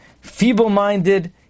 feeble-minded